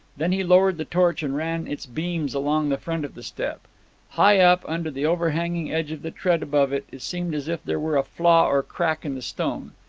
then he lowered the torch and ran its beams along the front of the step high up, under the overhanging edge of the tread above it, it seemed as if there were a flaw or crack in the stone.